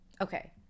okay